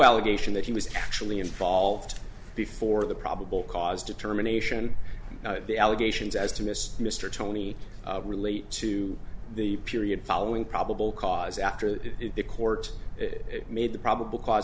allegation that he was actually involved before the probable cause determination of the allegations as to miss mr tony relate to the period following probable cause after the court made the probable cause